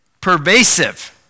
pervasive